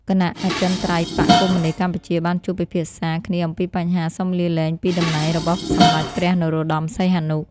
គណៈអចិន្ត្រៃយ៍បក្សកុម្មុយនីសកម្ពុជាបានជួបពិភាក្សាគ្នាអំពីបញ្ហាសុំលាលែងពី តំណែងរបស់សម្តេចព្រះ នរោត្តម សីហនុ។